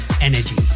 Energy